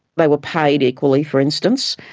they were paid equally, for instance,